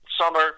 summer